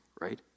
right